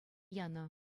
янӑ